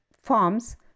forms